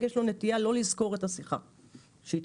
יש לו נטייה לא לזכור את השיחה שהתקיימה,